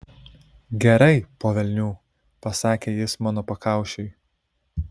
gerai po velnių pasakė jis mano pakaušiui